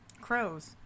Crows